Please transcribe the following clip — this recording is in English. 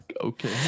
okay